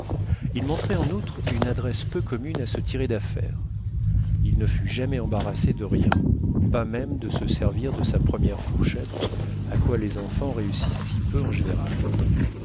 il montrait en outre une adresse peu commune à se tirer d'affaire il ne fut jamais embarrassé de rien pas même de se servir de sa première fourchette à quoi les enfants réussissent si peu en général